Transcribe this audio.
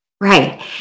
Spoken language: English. Right